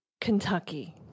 Kentucky